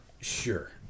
Sure